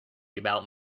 about